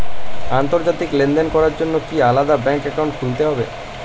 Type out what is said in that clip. আন্তর্জাতিক লেনদেন করার জন্য কি আলাদা ব্যাংক অ্যাকাউন্ট খুলতে হবে?